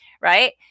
Right